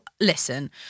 listen